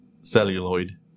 celluloid